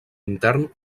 intern